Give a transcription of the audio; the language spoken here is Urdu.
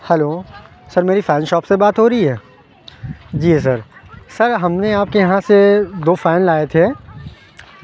ہلو سر میری فین شاپ سے بات ہو رہی ہے جی سر سر ہم نے آپ کے یہاں سے دو فین لائے تھے